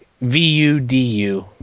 V-U-D-U